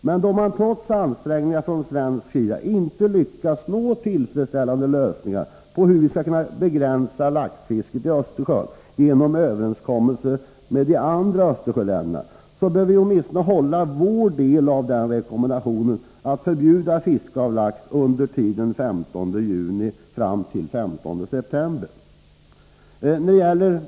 Men då vi trots ansträngningar från svensk sida inte lyckats nå tillfredsställande lösningar på hur man skall kunna begränsa laxfisket i Östersjön genom överenskommelser med de andra Östersjöländerna, så bör vi åtminstone hålla vår del av rekommendationen att förbjuda fiske av lax i Östersjön mellan den 15 juni och den 15 september.